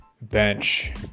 bench